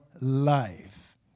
life